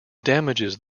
damages